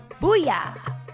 Booyah